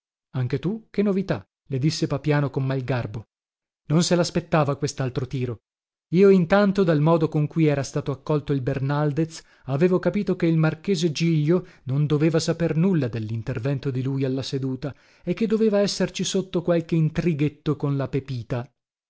anche tu che novità le disse papiano con mal garbo non se laspettava questaltro tiro io intanto dal modo con cui era stato accolto il bernaldez avevo capito che il marchese giglio non doveva saper nulla dellintervento di lui alla seduta e che doveva esserci sotto qualche intrighetto con la pepita